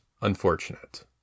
unfortunate